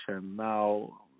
Now